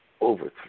over